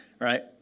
right